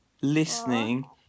listening